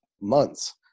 months